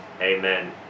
amen